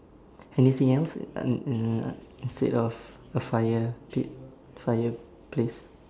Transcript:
anything else um mm uh instead of a fire pit fireplace